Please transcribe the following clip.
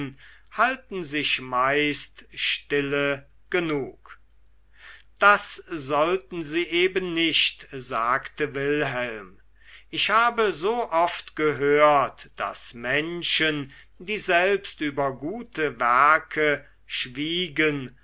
halten sich meist stille genug das sollten sie eben nicht sagte wilhelm ich habe so oft gehört daß menschen die selbst über gute werke schwiegen